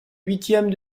huitièmes